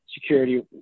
security